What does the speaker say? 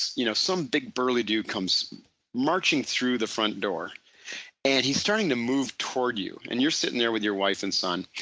you know some big burly dude comes marching through the front door and he's starting to move toward you and you're sitting there with your wife and son.